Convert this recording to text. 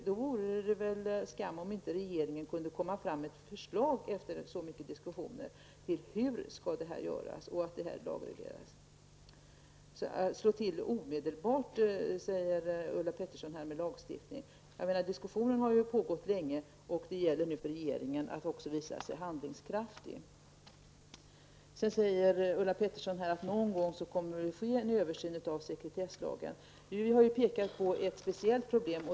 Det vore väl skam om regeringen inte skulle kunna komma fram med ett förslag på hur det skall göras efter så mycket diskussioner, så att det här kan lagregleras. Ulla Pettersson säger att det är fel att slå till med lagstiftning omedelbart. Diskussionen har faktiskt pågått länge, och det gäller nu för regeringen att också visa sig handlingskraftig. Någon gång kommer vi att få en översyn av sekretesslagen, säger Ulla Pettersson. Vi har pekat på ett särskilt problem.